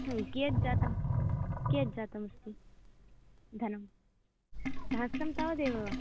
कियत् जातं कियत् जातमस्ति धनं सहस्रं तावदेव वा